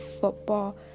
football